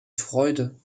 freude